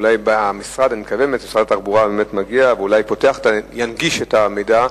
משרד התחבורה באמת מגיע ואולי פותח וינגיש את המידע,